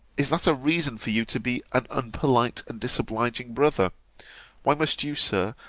is that a reason for you to be an unpolite and disobliging brother why must you, sir,